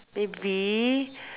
maybe